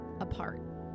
apart